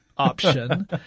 option